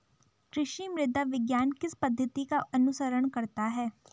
कृषि मृदा विज्ञान किस पद्धति का अनुसरण करता है?